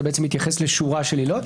זה בעצם מתייחס לשורה של עילות.